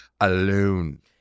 alone